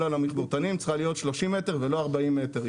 על המכמורתנים צריכה להיות 30 מטר ולא 40 מטר.